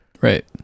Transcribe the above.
right